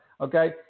okay